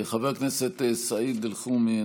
חבר הכנסת סעיד אלחרומי,